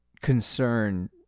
concern